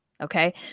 Okay